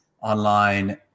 online